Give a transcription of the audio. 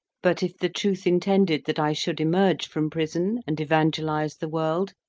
but if the truth intended that i should emerge from prison and evangelize the world,